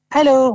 Hello